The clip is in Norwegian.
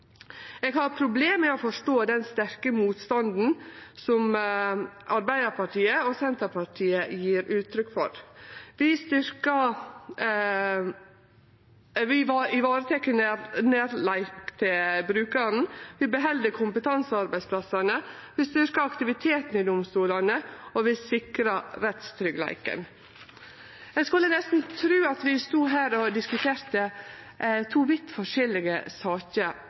Eg har problem med å forstå den sterke motstanden som Arbeidarpartiet og Senterpartiet gjev uttrykk for. Vi varetek nærleik til brukarane, vi beheld kompetansearbeidsplassane, vi styrkjer aktiviteten i domstolane, og vi sikrar rettstryggleiken. Ein skulle neste tru at vi stod her og diskuterte to vidt forskjellige saker